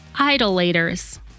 idolaters